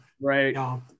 right